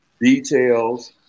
details